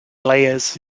layers